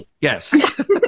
Yes